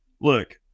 look